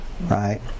right